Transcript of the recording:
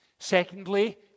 Secondly